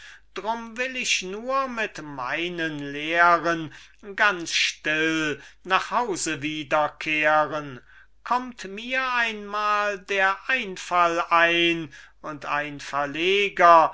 drum will ich nur mit meinen lehren ganz still nach hause wieder kehren kömmt mir einmal der einfall ein und ein verleger